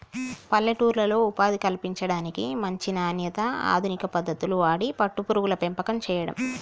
పల్లెటూర్లలో ఉపాధి కల్పించడానికి, మంచి నాణ్యత, అధునిక పద్దతులు వాడి పట్టు పురుగుల పెంపకం చేయడం